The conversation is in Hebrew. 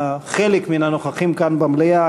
חלק מן הנוכחים כאן במליאה,